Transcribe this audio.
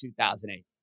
2008